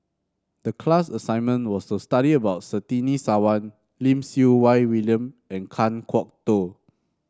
the class assignment was to study about Surtini Sarwan Lim Siew Wai William and Kan Kwok Toh